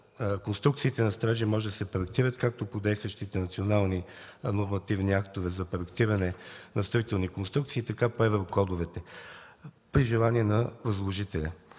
конструкциите на строежи могат да се проектират както по действащите национални нормативни актове за проектиране на строителни конструкции, така и по еврокодовете, при желание на възложителя.